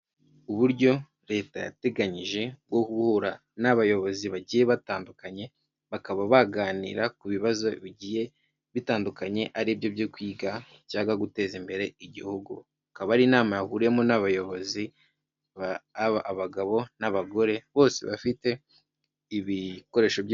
Uburyo leta yateganyije bwo guhura n'abayobozi bagiye batandukanye, bakaba baganira ku bibazo bigiye bitandukanye aribyo byo kwiga cyangwa guteza imbere igihugu, akaba ari inama yahuriwemo n'abayobozi, abagabo n'abagore bose bafite ibikoresho.